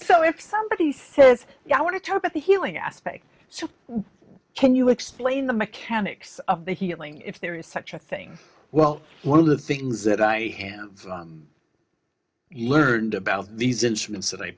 so if somebody says yeah i want to talk about the healing aspect so can you explain the mechanics of the healing if there is such a thing well one of the things that i you learned about these instruments that i